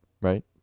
Right